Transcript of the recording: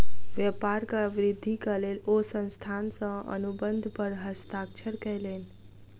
व्यापारक वृद्धिक लेल ओ संस्थान सॅ अनुबंध पर हस्ताक्षर कयलैन